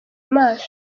maso